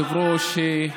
שיא